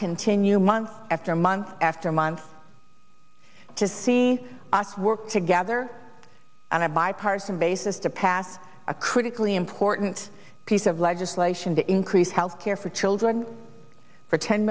continue month after month after month to see us work together on a bipartisan basis to pass a critically important piece of legislation to increase health care for children for ten